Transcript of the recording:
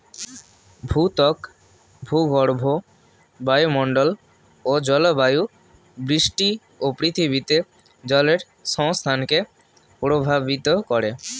ভূত্বক, ভূগর্ভ, বায়ুমন্ডল ও জলবায়ু বৃষ্টি ও পৃথিবীতে জলের সংস্থানকে প্রভাবিত করে